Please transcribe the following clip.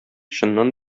чыннан